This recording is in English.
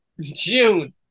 June